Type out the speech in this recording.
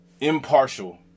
impartial